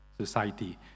society